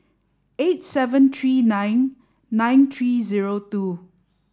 eight seven three nine nine three zero two